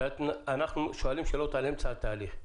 שאנחנו שואלים שאלות על אמצע התהליך.